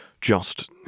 Just